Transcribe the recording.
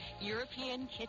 European